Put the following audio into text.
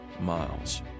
Miles